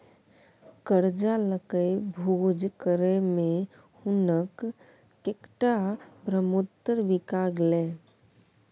करजा लकए भोज करय मे हुनक कैकटा ब्रहमोत्तर बिका गेलै